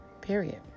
Period